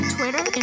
Twitter